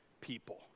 people